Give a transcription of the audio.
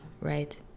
right